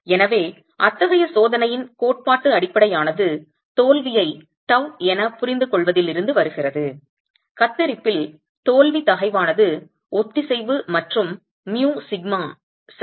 எனவே அத்தகைய சோதனையின் கோட்பாட்டு அடிப்படையானது தோல்வியை டவ் என புரிந்துகொள்வதில் இருந்து வருகிறது கத்தரிப்பில் தோல்வி தகைவானது ஒத்திசைவு மற்றும் μσ cohesion plus μσ சரி